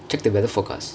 check the weather forecast